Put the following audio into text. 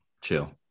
Chill